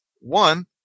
One